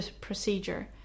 procedure